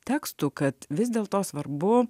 tekstų kad vis dėlto svarbu